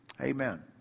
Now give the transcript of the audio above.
Amen